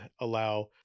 allow